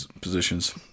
positions